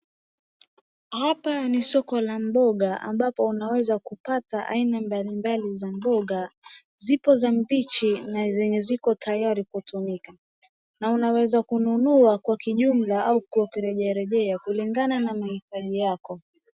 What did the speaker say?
Hapa ni soko la mboga ambapo unaweza kupata aina mbalimbali za mboga, ziko za mbichi na zenye ziko tayari kutumika, na unaweza kununa kwa kijumla au kwa kurejearejea kulingana na mahitaji yako.